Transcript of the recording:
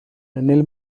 nel